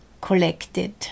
collected